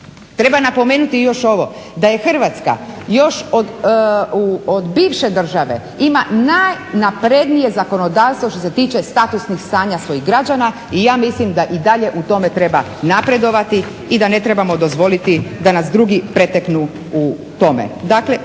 Treba napomenuti još ovo da je Hrvatska još od bivše države ima najnaprednije zakonodavstvo što se tiče statusnih stanja svojih građana i ja mislim da i dalje u tome treba napredovati i da ne trebamo dozvoliti da nas drugi preteknu u tome.